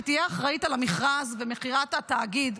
שתהיה אחראית למכרז במכירת התאגיד,